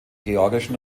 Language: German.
georgischen